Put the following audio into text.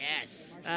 yes